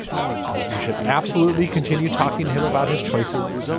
you should absolutely continue talking to him about his choices.